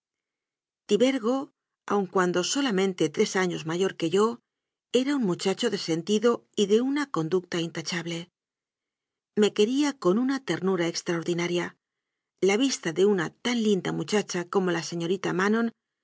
tibergo aun cuando solamente tres años mayor que yo era un muchacho de sentido y de una conducta intachable me quería con una ternura ex traordinaria la vista de una tan linda muchacha como la señorita manon